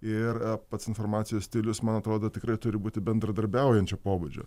ir pats informacijos stilius man atrodo tikrai turi būti bendradarbiaujančio pobūdžio